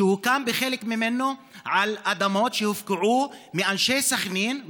שהוקם בחלקו על אדמות שהופקעו מאנשי סח'נין,